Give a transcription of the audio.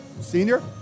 Senior